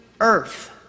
earth